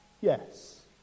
yes